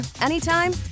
anytime